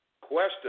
Question